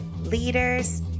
leaders